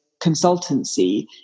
consultancy